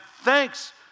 thanks